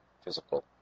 physical